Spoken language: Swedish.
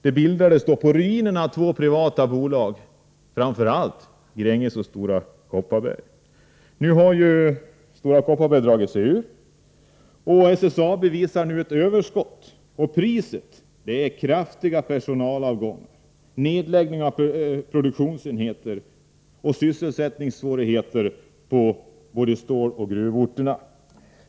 SSAB bildades på ruinerna av två privata bolag, Gränges och Stora Kopparberg. Men Stora Kopparberg har ju dragit sig ur, och nu uppvisar SSAB ett överskott, till priset av kraftiga personalavgångar, nedläggning av produktionsenheter och sysselsättningssvårigheter på både ståloch gruvorterna.